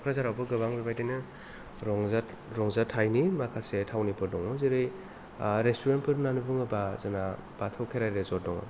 क'क्राझारआवबो गोबां बेबायदिनो रंजा रंजाथायनि माखासे थावनिफोर दङ जेरै रेस्तुरेन्टफोर होन्नानै बुङोब्ला जोंना बाथौ खेराय रेजर्ट दङ